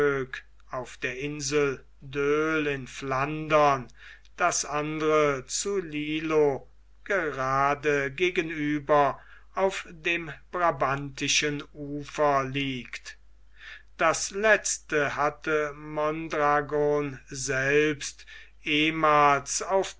auf der insel doel in flandern das andere zu lillo gerade gegenüber auf dem brabantischen ufer liegt das letzte hatte mondragon selbst ehemals auf